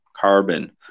carbon